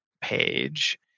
page